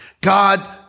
God